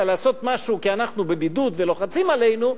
לעשות משהו כי אנחנו בבידוד ולוחצים עלינו,